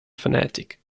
fanatic